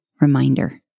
reminder